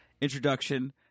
introduction